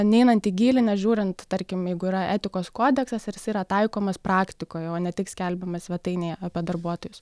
neinant į gylį nežiūrint tarkim jeigu yra etikos kodeksas ar jis yra taikomas praktikoj o ne tik skelbiamas svetainėje apie darbuotojus